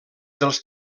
dels